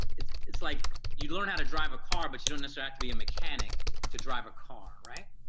it's it's like you learn how to drive a car but you don't and so like to be a mechanic to drive a car right?